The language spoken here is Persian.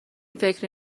فکری